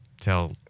tell